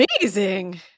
amazing